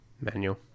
manual